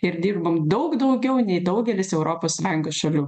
ir dirbam daug daugiau nei daugelis europos sąjungos šalių